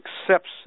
accepts